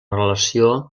relació